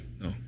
No